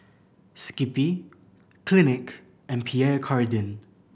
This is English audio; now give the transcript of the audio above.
Skippy Clinique and Pierre Cardin